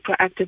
proactive